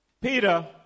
Peter